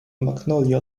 magnolia